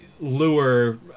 lure